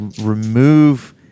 remove